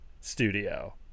studio